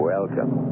Welcome